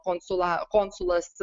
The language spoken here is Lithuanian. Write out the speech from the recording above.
konsula konsulas